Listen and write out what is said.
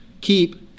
keep